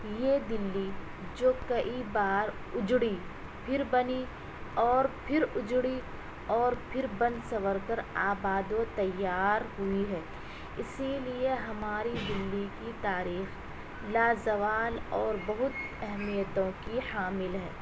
یہ دلی جو کئی بار اجڑی پھر بنی اور پھر اجڑی اور پھر بن سنور کر آباد و تیار ہوئی ہے اسی لیے ہماری دلی کی تاریخ لا زوال اور بہت اہمیتوں کی حامل ہے